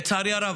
לצערי הרב,